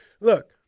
Look